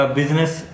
business